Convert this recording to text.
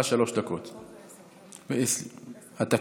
1692. יעלה ויבוא, אדוני.